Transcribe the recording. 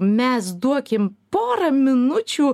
mes duokim porą minučių